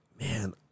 man